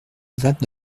vingt